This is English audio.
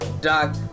doc